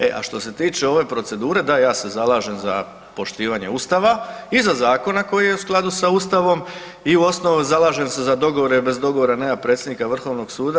E a što se tiče ove procedure, da ja se zalažem za poštivanje Ustava i za zakona koji je u skladu s Ustavom i u osnovi zalažem se za dogovora jel bez dogovora nema predsjednika Vrhovnog suda.